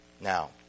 now